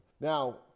now